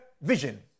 vision